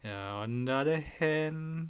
ya on other hand